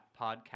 podcast